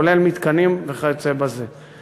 כולל מתקנים וכיוצא בזה.